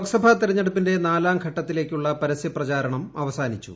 ലോക്സഭാ തെരഞ്ഞെടുപ്പിന്റെ നാലാംഘട്ട ത്തിലേക്കുള്ള പരസ്യപ്രചാരണം അവസാനിച്ചു